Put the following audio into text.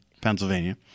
Pennsylvania